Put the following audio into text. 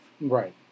Right